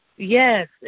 Yes